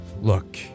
look